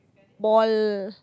ball